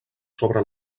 sobre